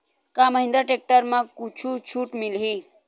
का महिंद्रा टेक्टर म कुछु छुट मिलही?